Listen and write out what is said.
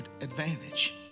advantage